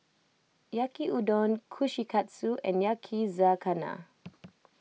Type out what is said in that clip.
Yaki Udon Kushikatsu and Yakizakana